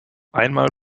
einmal